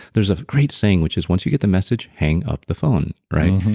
there's a great saying which is, once you get the message, hang up the phone, right?